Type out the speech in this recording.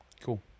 Cool